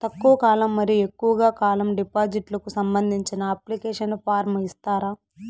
తక్కువ కాలం మరియు ఎక్కువగా కాలం డిపాజిట్లు కు సంబంధించిన అప్లికేషన్ ఫార్మ్ ఇస్తారా?